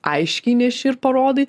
aiškiai neši ir parodai